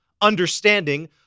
understanding